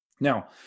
Now